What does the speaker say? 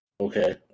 Okay